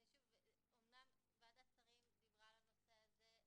אלא --- אמנם ועדת השרים דיברה על הנושא הזה.